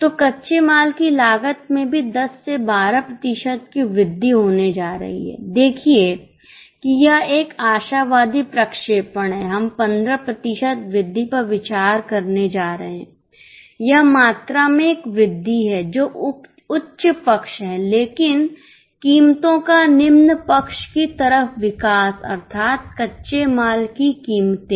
तो कच्चे माल की लागत में भी 10 से 12 प्रतिशत की वृद्धि होने जा रही है देखिए कि यह एक आशावादी प्रक्षेपण है हम 15 प्रतिशत वृद्धि पर विचार करने जा रहे हैं यह मात्रा में एक वृद्धि है जो उच्च पक्ष है लेकिन कीमतों का निम्न पक्ष की तरफ विकास अर्थात कच्चे माल की कीमतें